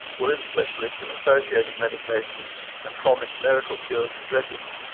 wound specialists and associated medications and promised miracle cures and dressings,